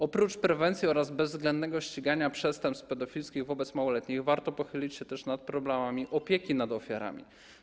Oprócz prewencji oraz bezwzględnego ścigania przestępstw pedofilskich wobec małoletnich warto pochylić się też nad problemami opieki nad ofiarami.